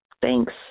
Thanks